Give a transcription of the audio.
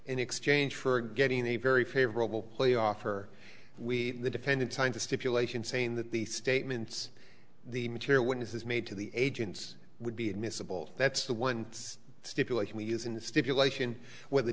in exchange for getting a very favorable playoff are we the defendant time to stipulation saying that the statements the material witnesses made to the agents would be admissible that's the one stipulation we use in the stipulation with